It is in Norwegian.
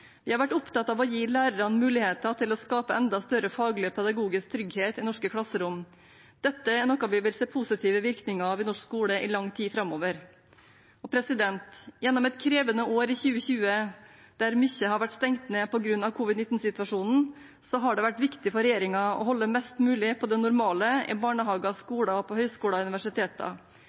Vi har vært opptatt av å gi lærerne muligheter til å skape enda større faglig og pedagogisk trygghet i norske klasserom. Dette er noe vi vil se positive virkninger av i norsk skole i lang tid framover. Gjennom et krevende år i 2020 der mye har vært stengt ned på grunn av covid-19-situasjonen, har det vært viktig for regjeringen å holde mest mulig på det normale i barnehager, i skoler og på høyskoler og universiteter.